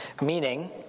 meaning